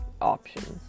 options